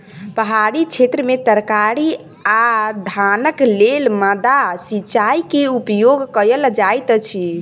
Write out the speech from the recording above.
पहाड़ी क्षेत्र में तरकारी आ धानक लेल माद्दा सिचाई के उपयोग कयल जाइत अछि